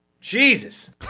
Jesus